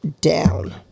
down